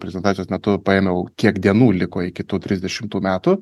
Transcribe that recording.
prezentacijos metu paėmiau kiek dienų liko iki tų trisdešimtų metų